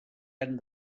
han